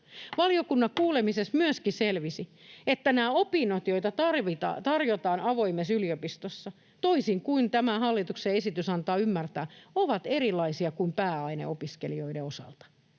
Valiokunnan kuulemisessa myöskin selvisi, että nämä opinnot, joita tarjotaan avoimessa yliopistossa — toisin kuin tämä hallituksen esitys antaa ymmärtää —, ovat erilaisia kuin pääaineopiskelijoiden osalta,